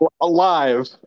Alive